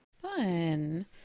Fun